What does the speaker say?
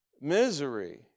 Misery